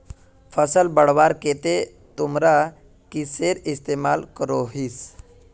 फसल बढ़वार केते तुमरा किसेर इस्तेमाल करोहिस?